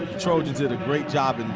trojans did a great job. and